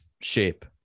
shape